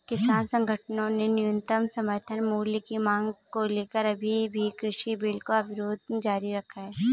किसान संगठनों ने न्यूनतम समर्थन मूल्य की मांग को लेकर अभी भी कृषि बिल का विरोध जारी रखा है